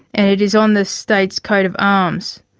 and it is on the state's coat of arms.